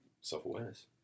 self-awareness